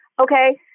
Okay